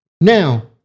Now